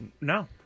No